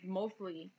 mostly